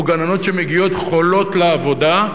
או גננות שמגיעות חולות לעבודה.